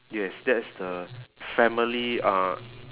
yes that is the family uh